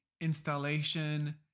installation